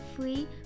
free